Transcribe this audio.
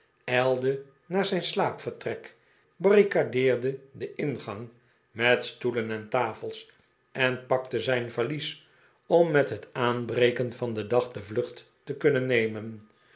ijlde naar zijn slaapvertrek barricadeerde den ingang met stoelen en tafels en pakte zijn valies om met het aanbreken van den dag de vlucht te kunnen nemen